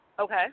Okay